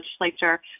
legislature